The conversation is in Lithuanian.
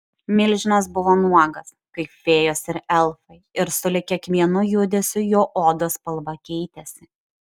milžinas buvo nuogas kaip fėjos ir elfai ir sulig kiekvienu judesiu jo odos spalva keitėsi